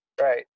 Right